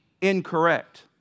incorrect